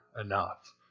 enough